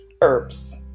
herbs